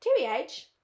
TBH